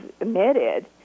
emitted